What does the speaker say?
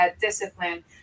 discipline